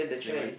swimwear